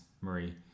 Marie